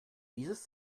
dieses